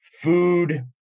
food